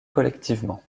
collectivement